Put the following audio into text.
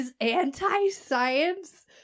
anti-science